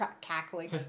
cackling